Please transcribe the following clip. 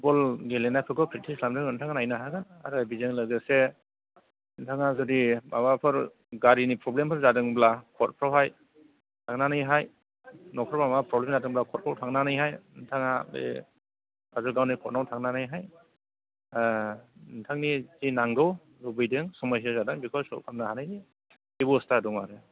football गेलेनायफोर practice गेलेनायफोरखौ नोंथाङा नायनो हागोन आरो बिजों लोगोसे नोंथाङा जुदि माबाफोर गारिनि प्रब्लेमफोर जादोंब्ला खरथफ्रावहाय थांनानैहाय माबा प्रब्लेम जादोंब्ला थांनानैहाय नोंथाङा बे काजलगावनि कर्डआव थांनानैहाय ओ नोंथांनि जि नांगौ लुबैदों सम'स्या जादों बेखौ सलभ खालामनो हानाय बेब'स्था दं आरो